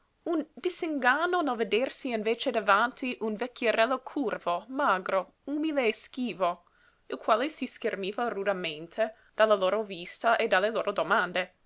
un disinganno nel vedersi invece davanti un vecchierello curvo magro umile e schivo il quale si schermiva rudemente dalla loro vista e dalle loro domande